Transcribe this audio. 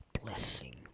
blessing